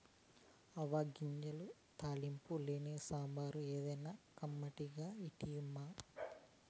ఆవ గింజ తాలింపు లేని సాంబారు ఏదైనా కంటిమా ఇంటిమా